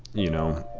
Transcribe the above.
you know,